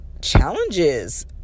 challenges